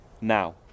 now